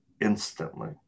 instantly